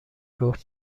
برد